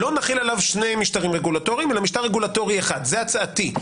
לא נחיל עליו שני משטרים רגולטוריים אלא משטר רגולטורי אחד זה הצעתי,